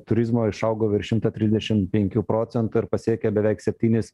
turizmo išaugo virš šimto trisdešm penkių procentų ir pasiekė beveik septynis